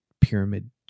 pyramid